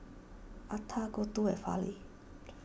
Atal Gouthu and Fali